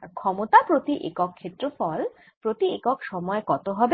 আর ক্ষমতা প্রতি একক ক্ষেত্রফল প্রতি একক সময় কত হবে